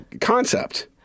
concept